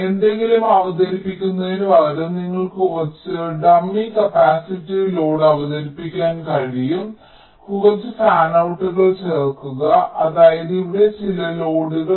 എന്തെങ്കിലും അവതരിപ്പിക്കുന്നതിനുപകരം നിങ്ങൾക്ക് കുറച്ച് ഡമ്മി കപ്പാസിറ്റീവ് ലോഡ് അവതരിപ്പിക്കാൻ കഴിയും കുറച്ച് ഫാനൌട്ടുകൾ ചേർക്കുക അതായത് ഇവിടെ ചില ലോഡുകൾ